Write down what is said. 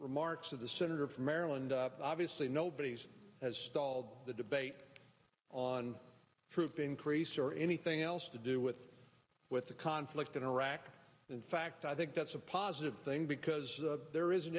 remarks of the senator from maryland obviously nobody has stalled the debate on troop increase or anything else to do with with the conflict in iraq in fact i think that's a positive thing because there isn't